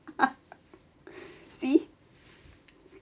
see